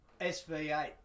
sv8